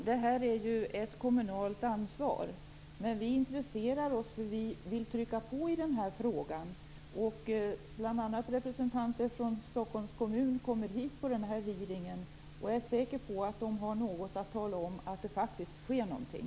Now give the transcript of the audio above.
Herr talman! Detta är ett kommunalt ansvar, men vi intresserar oss därför att vi vill trycka på i frågan. Bl.a. representanter för Stockholms kommun kommer till nämnda hearing. Jag är säker på att de har något att berätta. Jag är alltså säker på att det faktiskt sker någonting.